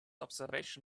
observation